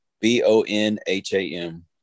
B-O-N-H-A-M